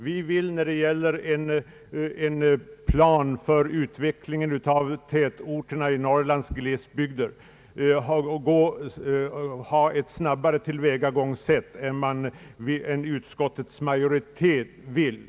Vi vill när det gäller en plan för utvecklingen av tätorterna i Norrlands glesbygder ha ett snabbare tillvägagångssätt än vad utskottets majoritet vill.